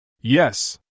Yes